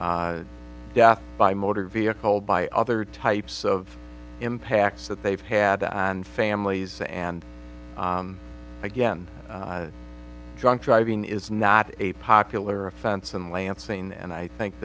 death by motor vehicle by other types of impacts that they've had on families and again drunk driving is not a popular offense in lansing and i think